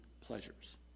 pleasures